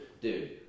Dude